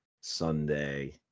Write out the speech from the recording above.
Sunday